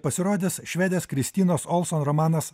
pasirodys švedės kristinos olson romanas